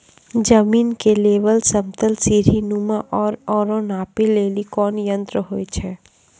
जमीन के लेवल समतल सीढी नुमा या औरो नापै लेली कोन यंत्र होय छै?